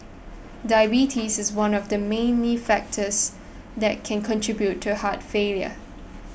diabetes is one of the many factors that can contribute to heart failure